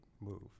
move